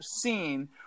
seen